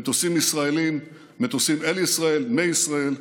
למטוסים ישראליים, מטוסים אל ישראל, מישראל.